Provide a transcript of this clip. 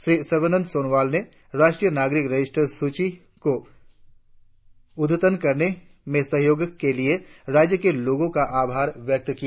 श्री सर्बानंद सोनोवाल ने राष्ट्रीय नागरिक रजिस्टर सूचि को अद्यतन करने में सहयोग करने के लिए राज्य के लोगों का आभार भी व्यक्त किया